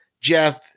Jeff